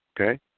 Okay